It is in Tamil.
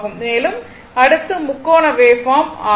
மேலும் அடுத்து முக்கோண வேவ்பார்ம் ஆகும்